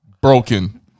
broken